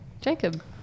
Jacob